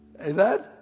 Amen